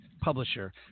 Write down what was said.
publisher